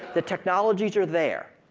the technologies are there.